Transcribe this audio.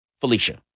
Felicia